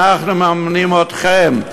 אנחנו מממנים אתכם.